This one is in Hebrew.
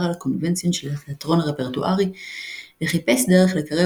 על הקונבנציות של התיאטרון הרפרטוארי וחיפש דרך לקרב